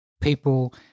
people –